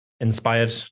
inspired